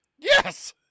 Yes